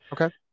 Okay